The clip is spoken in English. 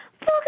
Look